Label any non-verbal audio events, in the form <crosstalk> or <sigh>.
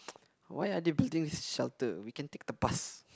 <noise> why are they building this shelter we can take the bus